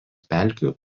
pelkių